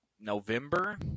november